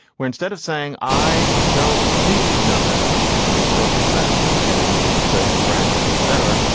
where instead of saying i don't see nothing which makes perfect sense as it wouldn't say french etc,